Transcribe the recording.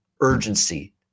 urgency